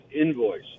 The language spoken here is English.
invoice